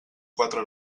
quatre